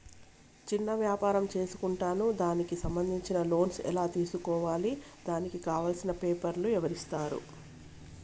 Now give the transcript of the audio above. చిన్న వ్యాపారం చేసుకుంటాను దానికి సంబంధించిన లోన్స్ ఎలా తెలుసుకోవాలి దానికి కావాల్సిన పేపర్లు ఎవరిస్తారు?